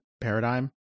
paradigm